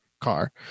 car